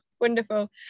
wonderful